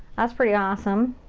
that's pretty awesome.